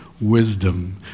wisdom